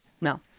No